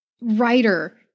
writer